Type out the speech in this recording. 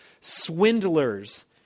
swindlers